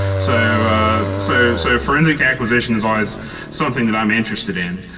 so so so forensic acquisition is ah is something that i'm interested in.